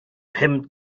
pum